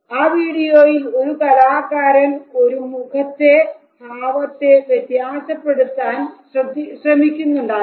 ആ വീഡിയോയിൽ ഒരു കലാകാരൻ ഒരു മുഖത്തെ ഭാവത്തെ വ്യത്യാസപ്പെടുത്താൻ ശ്രമിക്കുന്നതായിരുന്നു